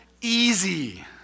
easy